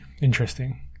interesting